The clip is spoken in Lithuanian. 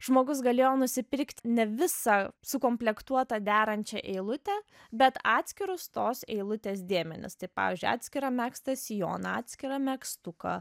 žmogus galėjo nusipirkt ne visą sukomplektuotą derančią eilutę bet atskirus tos eilutės dėmenis tai pavyzdžiui atskirą megztą sijoną atskirą megztuką